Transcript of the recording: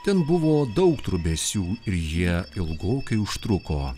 ten buvo daug trobesių ir jie ilgokai užtruko